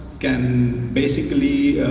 can basically,